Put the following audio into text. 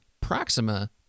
Proxima